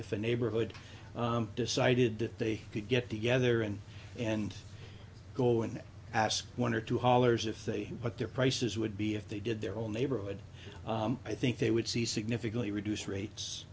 if a neighborhood decided that they could get together and and go and ask one or two hollers if they but their prices would be if they did their own neighborhood i think they would see significantly reduced rates